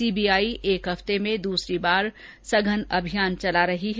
CBI एक हफ्ते में यह दूसरी बार सघन अभियान चला रही है